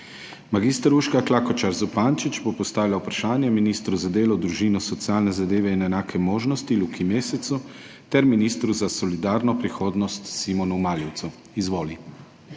Mag. Urška Klakočar Zupančič bo postavila vprašanje ministru za delo, družino, socialne zadeve in enake možnosti Luki Mescu ter ministru za solidarno prihodnost Simonu Maljevcu. Izvoli.